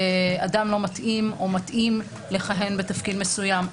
אדם לא מתאים או מתאים לכהן בתפקיד מסוים.